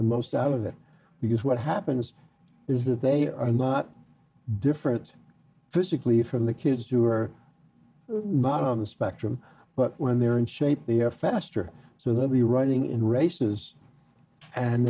the most out of it because what happens is that they are not different physically from the kids who are not on the spectrum but when they're in shape they are faster so they'll be running in races and